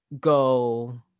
go